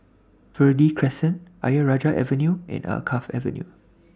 Verde Crescent Ayer Rajah Avenue and Alkaff Avenue